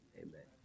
amen